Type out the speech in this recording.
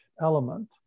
element